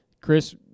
Chris